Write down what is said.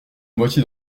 moitié